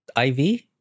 IV